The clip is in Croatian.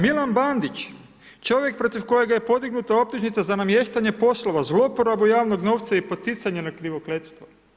Milan Bandić, čovjek protiv kojega je podignuta optužnica za namještanje poslova, zlouporabu javnog novca i poticanje na krivokletstvo.